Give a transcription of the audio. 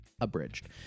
abridged